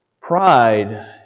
Pride